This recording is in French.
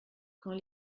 quand